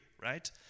right